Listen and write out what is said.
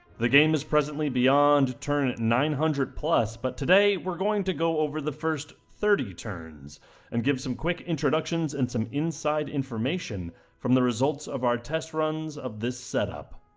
the game is presently beyond turn nine hundred but today we're going to go over the first thirty turns and give some quick introductions and some inside information from the results of our test runs of this setup.